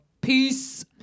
peace